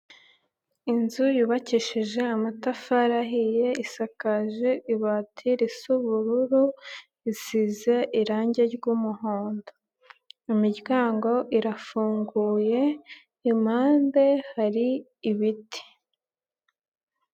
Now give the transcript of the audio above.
Inzu yubakishije amatafari ahiye, isakaje ibati risa ubururu, isize irangi ry'umuhondo, imiryango irafunguye, impande hari ibiti.